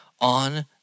on